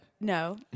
no